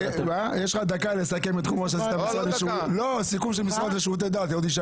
יש לך דקה לסכם את כל מה שעשית במשרד לשירותי דת.